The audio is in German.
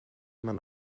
man